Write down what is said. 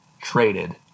traded